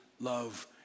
love